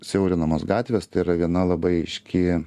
siaurinamos gatvės tai yra viena labai aiški